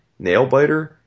Nailbiter